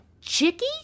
Chicky